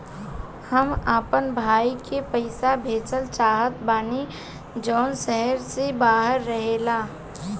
हम अपना भाई के पइसा भेजल चाहत बानी जउन शहर से बाहर रहेला